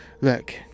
Look